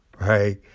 right